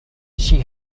she